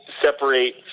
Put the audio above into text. separate